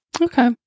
Okay